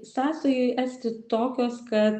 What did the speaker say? sąsajų esti tokios kad